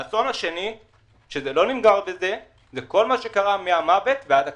האסון השני הוא כל מה שקרה מהמוות ועד הקבורה.